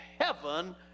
heaven